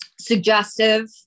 Suggestive